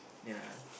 ya